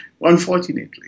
unfortunately